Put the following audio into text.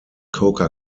coca